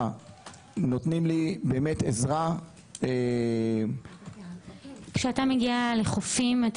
נותנים לי באמת עזרה --- כשאתה מגיע לחופים אתה